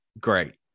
great